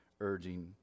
urging